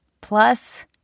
Plus